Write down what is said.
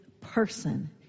person